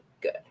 good